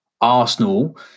Arsenal